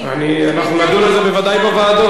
אנחנו נדון בזה, בוודאי, בוועדות.